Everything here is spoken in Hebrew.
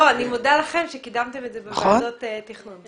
אני מודה לכם על שקידמתם את זה בוועדות התכנון.